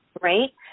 right